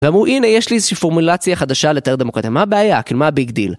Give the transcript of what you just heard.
ואמרו הנה יש לי איזושהי פורמולציה חדשה לתאר דמוקרטיה, מה הבעיה? כי מה הביג דיל?